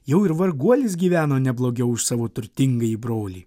jau ir varguolis gyveno ne blogiau už savo turtingąjį brolį